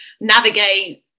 navigate